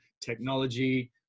technology